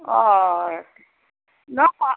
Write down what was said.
অঁ অঁ